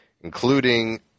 including